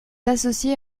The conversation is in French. associé